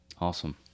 Awesome